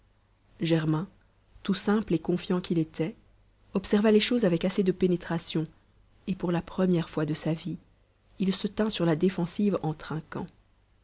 germain tout simple et confiant qu'il était observa les choses avec assez de pénétration et pour la première fois de sa vie il se tint sur la défensive en